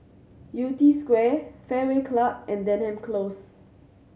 Yew Tee Square Fairway Club and Denham Close